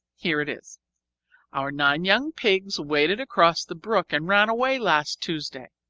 here it is our nine young pigs waded across the brook and ran away last tuesday,